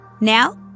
Now